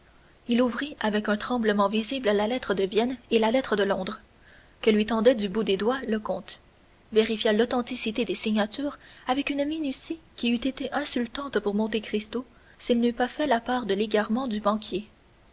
il ouvrit avec un tremblement visible la lettre de vienne et la lettre de londres que lui tendait du bout des doigts le comte vérifia l'authenticité des signatures avec une minutie qui eût été insultante pour monte cristo s'il n'eût pas fait la part de l'égarement du banquier